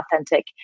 authentic